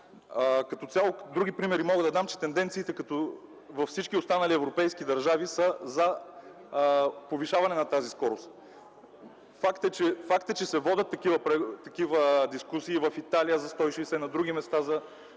Като цяло други примери мога да дам, че тенденциите във всички останали европейски държави са за повишаване на тази скорост. Факт е, че се водят такива дискусии – в Италия за 160, на други места –